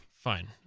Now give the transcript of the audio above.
fine